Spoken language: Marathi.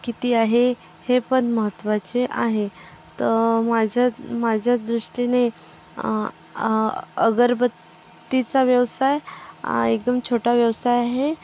किती आहे हे पण महत्वाचे आहे तर माझ्या माझ्या दृष्टीने अगरबत्तीचा व्यवसाय हा एकदम छोटा व्यवसाय आहे